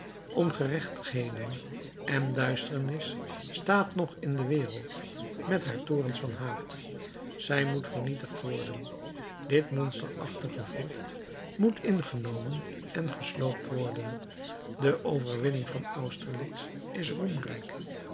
ongerechtigheden en duisternis staat nog in de wereld met haar torens van haat zij moet vernietigd worden dit monsterachtig gewrocht moet ingenomen en gesloopt worden de overwinning van austerlitz is